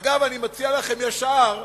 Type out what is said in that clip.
אגב, אני מציע לכם ישר: